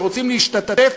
שרוצים להשתתף,